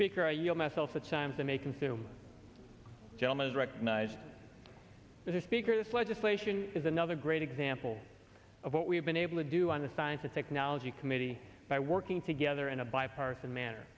speaker i yield myself at times i'm a consumer gentleman is recognized as a speaker this legislation is another great example of what we've been able to do on the science and technology committee by working together in a bipartisan manner